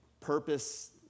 purpose